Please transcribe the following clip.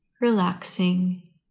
relaxing